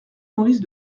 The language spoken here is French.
maurice